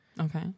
Okay